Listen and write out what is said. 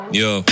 yo